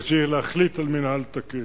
שצריך להחליט על מינהל תקין.